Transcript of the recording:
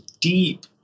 deep